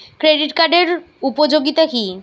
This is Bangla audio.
ক্রেডিট কার্ডের উপযোগিতা কি?